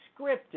scripted